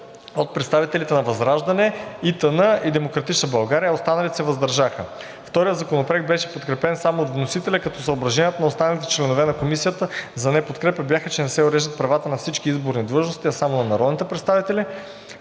от представителите на ВЪЗРАЖДАНЕ, ИТН и „Демократична България“, а останалите се въздържаха. Вторият законопроект беше подкрепен само от вносителя, като съображенията на останалите членове на Комисията за неподкрепа бяха, че не се уреждат правата на всички изборни длъжности, а само на народните представители.